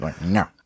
No